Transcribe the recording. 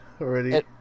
already